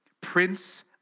Prince